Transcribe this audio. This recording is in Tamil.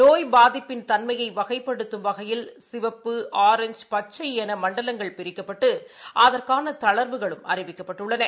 நோய் பாதிப்பின் தன்மையைவகைப்படுத்தும் வகையில் சிவப்பு ஆரஞ்ச் பச்சைஎனமண்டலங்கள் பிரிக்கப்பட்டு அதற்கானதளா்வுகளும் அறிவிக்கப்பட்டுள்ளன